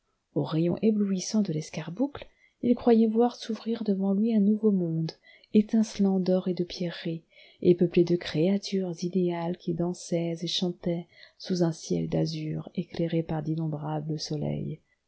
aux rayons éblouissants de l'escarboucle il croyait voir s'ouvrir devant lui un nouveau monde étincelant l'or et de pierreries et peuplé de créatures idéales qui dansaient et chantaient sous un ciel d'azur éclairé par d'innombrables soleils